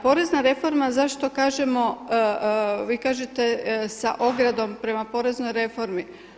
Porezna reforma zašto kažemo, vi kažete sa ogradom prema poreznoj reformi.